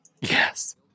yes